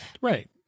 Right